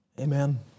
Amen